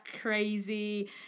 crazy